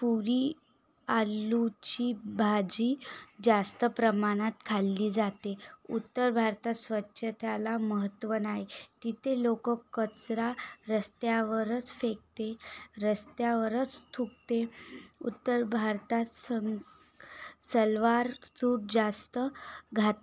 पुरी आलूची भाजी जास्त प्रमाणात खाल्ली जाते उत्तर भारतात स्वच्छतेला महत्त्व नाही तिथे लोकं कचरा रस्त्यावरच फेकते रस्त्यावरच थुंकते उत्तर भारतात सं सलवार सूट जास्त घात